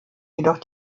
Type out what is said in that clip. jedoch